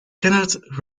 kenneth